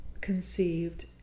conceived